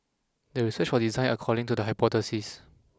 the research was designed according to the hypothesis